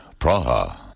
Praha. (